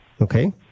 okay